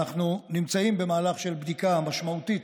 זיכרונו לברכה,